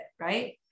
right